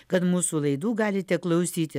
kad mūsų laidų galite klausyti